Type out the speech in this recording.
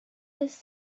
his